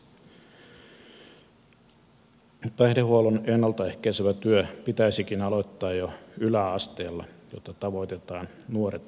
päihdehuollon ennalta ehkäisevä työ pitäisikin aloittaa jo yläasteella jotta tavoitetaan nuoret ajoissa